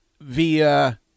via